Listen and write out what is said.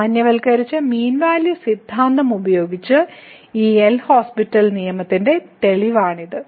സാമാന്യവൽക്കരിച്ച mean value സിദ്ധാന്തം ഉപയോഗിച്ച് ഈ എൽ ഹോസ്പിറ്റൽ നിയമത്തിന്റെ തെളിവാണ് ഇത്